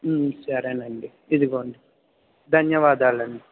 సరేనండి ఇదిగోండి ధన్యవాదాలండి